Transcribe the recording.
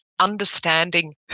understanding